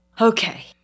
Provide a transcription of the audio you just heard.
Okay